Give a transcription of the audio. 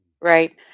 Right